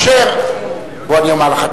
בוא אני אומר לך.